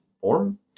form